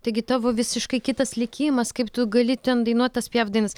taigi tavo visiškai kitas likimas kaip tu gali ten dainuot tas piaf dainas